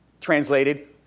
translated